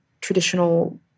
traditional